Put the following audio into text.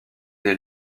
née